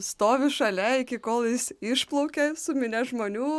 stoviu šalia iki kol jis išplaukia su minia žmonių